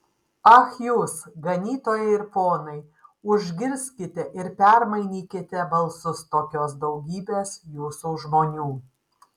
ach jūs ganytojai ir ponai užgirskite ir permainykite balsus tokios daugybės jūsų žmonių